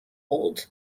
old